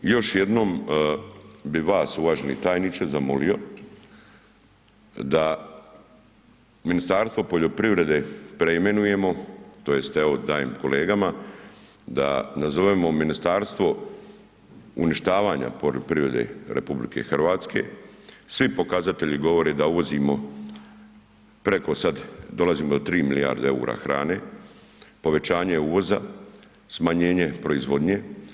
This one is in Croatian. I još jednom bi vas, uvaženi tajniče zamolio da Ministarstvo poljoprivrede preimenujemo tj. evo, dajem kolegama da nazovemo ministarstvo uništavanja poljoprivrede RH, svi pokazatelji govore da uvozimo preko sad, dolazim do 3 milijarde eura hrane, povećanje uvoza, smanjenje proizvodnje.